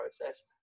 process